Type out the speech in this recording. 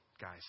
guys